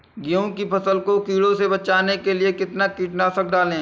गेहूँ की फसल को कीड़ों से बचाने के लिए कितना कीटनाशक डालें?